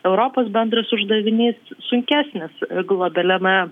europos bendras uždavinys sunkesnis globaliame